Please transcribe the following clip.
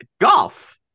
Golf